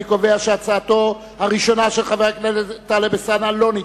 אני קובע שהצעתו הראשונה של חבר הכנסת טלב אלסאנע לא נתקבלה.